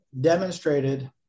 demonstrated